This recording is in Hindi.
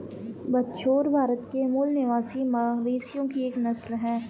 बछौर भारत के मूल निवासी मवेशियों की एक नस्ल है